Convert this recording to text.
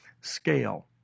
scale